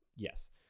Yes